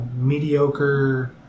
mediocre